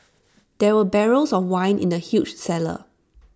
there were barrels of wine in the huge cellar